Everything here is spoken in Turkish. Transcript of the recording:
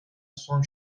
son